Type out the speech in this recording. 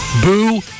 Boo